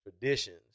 traditions